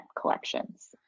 collections